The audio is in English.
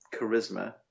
charisma